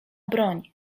broń